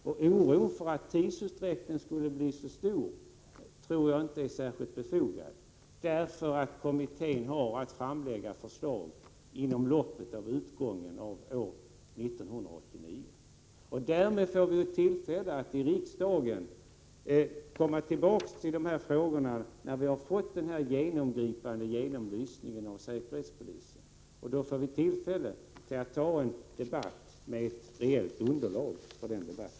Oron för att tidsutdräkten skulle bli så stor tror jag inte är befogad, därför att kommittén har att framlägga förslag före utgången av år 1989. Därmed får vi ju tillfälle att i riksdagen komma tillbaka till de här frågorna, när vi har fått den genomgripande översynen av säkerhetspolisen, och då får vi tillfälle att ta en debatt, med rejält underlag för den debatten.